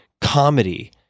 comedy